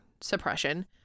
suppression